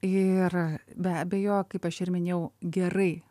ir be abejo kaip aš ir minėjau gerai